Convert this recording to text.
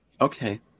Okay